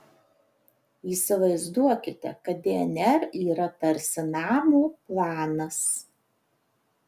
įsivaizduokite kad dnr yra tarsi namo planas